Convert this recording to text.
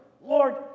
Lord